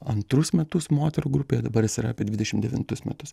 antrus metus moterų grupėje dabar jis yra apie dvidešim devintus metus